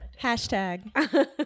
Hashtag